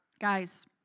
Guys